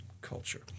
culture